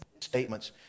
statements